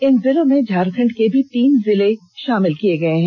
इन जिलों में झारखंड के भी तीन जिले शामिल किए गए हैं